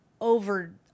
over